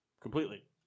completely